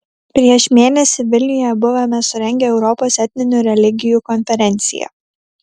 prieš mėnesį vilniuje buvome surengę europos etninių religijų konferenciją